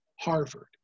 Harvard